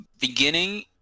beginning